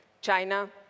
China